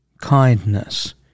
kindness